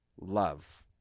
love